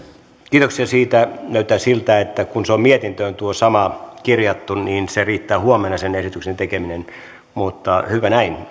kiitoksia siitä näyttää siltä että kun tuo sama on mietintöön kirjattu niin huomenna riittää sen esityksen tekeminen mutta hyvä näin